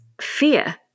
fear